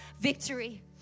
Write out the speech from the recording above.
victory